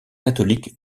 catholique